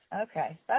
Okay